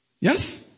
Yes